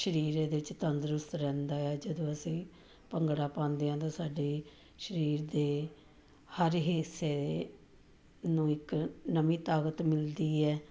ਸਰੀਰ ਇਹਦੇ 'ਚ ਤੰਦਰੁਸਤ ਰਹਿੰਦਾ ਆ ਜਦੋਂ ਅਸੀਂ ਭੰਗੜਾ ਪਾਉਂਦੇ ਹਾਂ ਤਾਂ ਸਾਡੇ ਸਰੀਰ ਦੇ ਹਰ ਹਿੱਸੇ ਨੂੰ ਇੱਕ ਨਵੀਂ ਤਾਕਤ ਮਿਲਦੀ ਹੈ